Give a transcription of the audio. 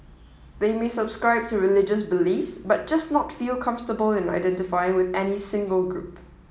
they may subscribe to religious beliefs but just not feel comfortable in identifying with any single group